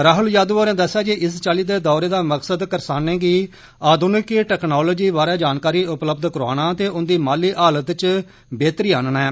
राहुल यादव होरें दस्सेआ जे इस चाली दे दौरे दा मकसद करसानें गी आध्निक टक्नालोजी बारे जानकारी उपलब्ध करोआना ते उन्दी माली हालत इच बेहतरी आनना ऐ